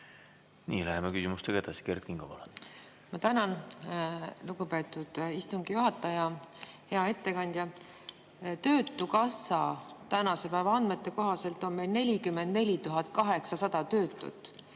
Nii. Läheme küsimustega edasi. Kert Kingo, palun! Ma tänan, lugupeetud istungi juhataja! Hea ettekandja! Töötukassa tänase päeva andmete kohaselt on meil 44 800 töötut,